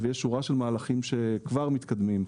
ונש שורה של מהלכים שכבר מתקדמים.